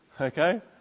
okay